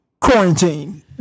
Quarantine